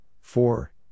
four